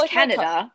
canada